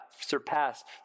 surpassed